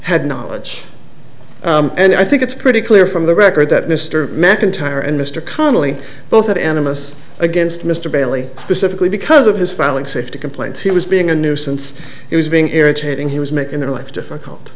had knowledge and i think it's pretty clear from the record that mr macintyre and mr connelly both of animists against mr bailey specifically because of his filing safety complaints he was being a nuisance he was being irritating he was making their life difficult